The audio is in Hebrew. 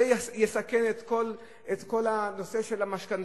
זה יסכן את כל הנושא של המשכנתאות.